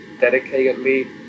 dedicatedly